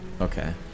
Okay